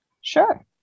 Sure